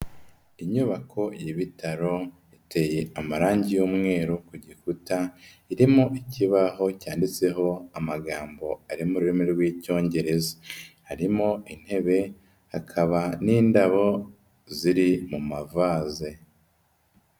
Inyubako y'ibitaro iteye amarangi y'umweru ku gikuta, irimo ikibaho cyanditseho amagambo ari mu rurimi rw'icyongereza, harimo intebe, hakaba n'indabo ziri mu mavaze.